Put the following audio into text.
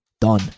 done